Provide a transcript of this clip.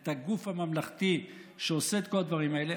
את הגוף הממלכתי שעושה את כל הדברים האלה,